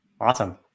Awesome